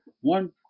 One